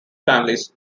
families